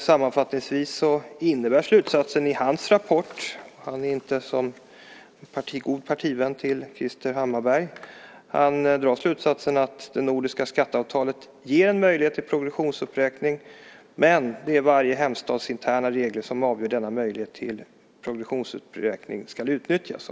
Sammanfattningsvis innebär slutsatsen i hans rapport - dock inte som en god partivän till Krister Hammarbergh - att det nordiska skatteavtalet ger möjlighet till progressionsuppräkning, men det är varje hemstats interna regler som avgör om denna möjlighet till progressionsuppräkning ska utnyttjas.